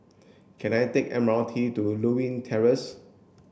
can I take a M R T to Lewin Terrace